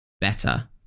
better